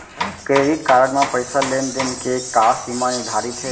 Credit card म पइसा लेन देन के का सीमा निर्धारित हे?